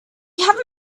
have